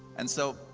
and so,